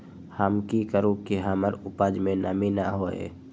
हम की करू की हमर उपज में नमी न होए?